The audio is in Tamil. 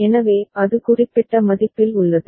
எனவே அது குறிப்பிட்ட மதிப்பில் உள்ளது